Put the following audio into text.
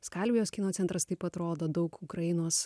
skalvijos kino centras taip pat rodo daug ukrainos